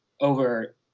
over